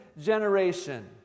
generation